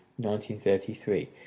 1933